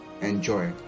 enjoy